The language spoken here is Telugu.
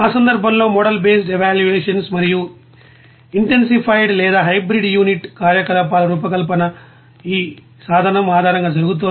ఆ సందర్భంలో మోడల్ బేస్డ్ ఎవాల్యూయేషన్స్ మరియు ఇంటెన్సిఫైడ్ లేదా హైబ్రిడ్ యూనిట్ కార్యకలాపాల రూపకల్పన ఈ సాధనం ఆధారంగా జరుగుతోంది